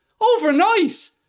overnight